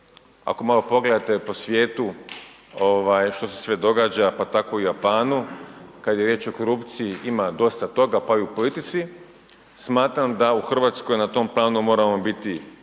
Ako malo pogledate po svijetu što se sve događa pa tako i u Japanu, kada je riječ o korupciji ima dosta toga pa i u politici. Smatram da u Hrvatskoj na tom planu moramo biti